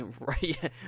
Right